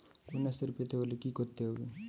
কন্যাশ্রী পেতে হলে কি করতে হবে?